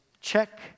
check